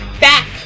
back